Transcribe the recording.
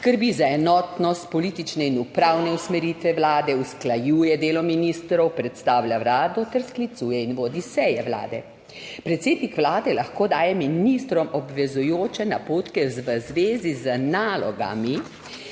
skrbi za enotnost politične in upravne usmeritve vlade, usklajuje delo ministrov, predstavlja vlado ter sklicuje in vodi seje vlade. Predsednik vlade lahko daje ministrom obvezujoče napotke v zvezi z nalogami,